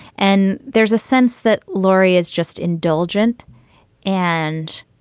and there's a sense that laurie is just indulgent and